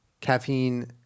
Caffeine